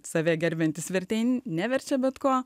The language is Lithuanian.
save gerbiantys vertėjai neverčia bet ko